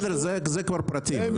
זה כבר פרטים.